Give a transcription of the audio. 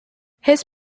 his